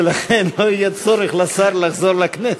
ולכן לא יהיה צורך לשר לחזור לכנסת,